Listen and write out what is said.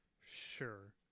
sure